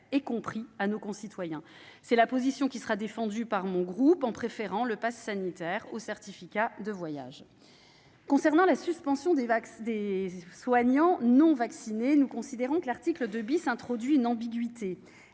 et compris à nos concitoyens. Telle est la position qui sera défendue par mon groupe, en préférant le passe sanitaire au certificat de voyage. J'en viens à la suspension des soignants non vaccinés. Nous considérons que l'article 2 introduit une ambiguïté.